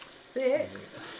six